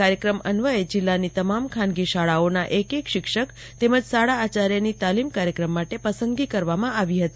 કાર્યક્રમ અન્વયે જિલ્લાની તમામ ખાનગી શાળાઓના એક એક શિક્ષક તેમજ શાળાના આચાર્યની તાલીમ કાર્યક્રમ માટે પસંદગી કરવામાં આવ્યા હતા